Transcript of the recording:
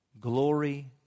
Glory